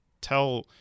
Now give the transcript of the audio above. tell